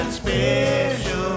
special